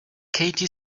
katie